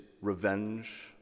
revenge